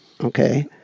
okay